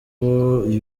ibi